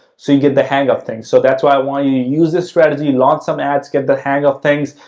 so you get the hang of things. so, that's why i want you to use this strategy, lots of ads, get the hang of things,